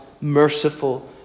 merciful